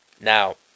Now